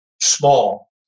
small